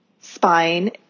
spine